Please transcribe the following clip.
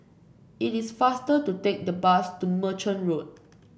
it is faster to take the bus to Merchant Road